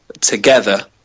Together